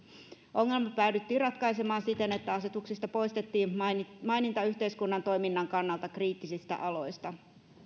ongelma päädyttiin ratkaisemaan siten että asetuksesta poistettiin maininta yhteiskunnan toiminnan kannalta kriittisistä aloista